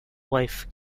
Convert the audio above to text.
wife